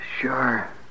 Sure